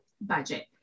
budget